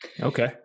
Okay